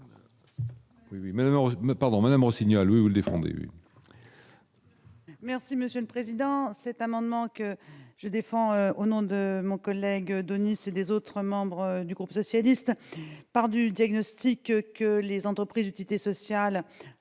merci Monsieur le Président,